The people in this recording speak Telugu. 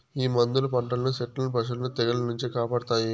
ఈ మందులు పంటలను సెట్లను పశులను తెగుళ్ల నుంచి కాపాడతాయి